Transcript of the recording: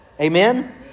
Amen